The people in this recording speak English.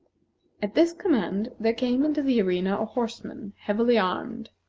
at this command there came into the arena a horseman heavily armed,